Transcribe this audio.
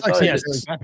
Yes